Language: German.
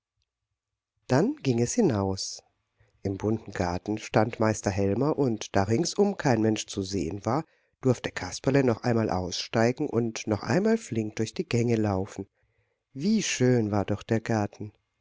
dann ging es hinaus im bunten garten stand meister helmer und da ringsum kein mensch zu sehen war durfte kasperle noch einmal aussteigen und noch einmal flink durch die gänge laufen wie schön war doch der garten